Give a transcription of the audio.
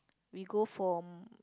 we go for